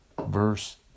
verse